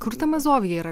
kur ta mazovija yra